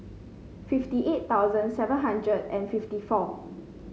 fifty eight thousand seven hundred and fifty four